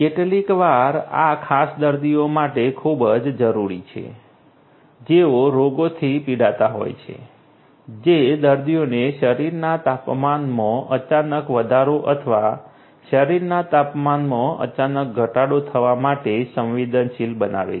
કેટલીકવાર આ ખાસ દર્દીઓ માટે ખૂબ જ જરૂરી છે જેઓ રોગોથી પીડાતા હોય છે જે દર્દીઓને શરીરના તાપમાનમાં અચાનક વધારો અથવા શરીરના તાપમાનમાં અચાનક ઘટાડો થવા માટે સંવેદનશીલ બનાવે છે